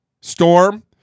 storm